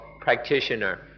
practitioner